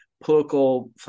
political